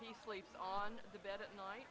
she sleeps on the bed at night